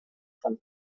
von